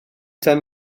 tan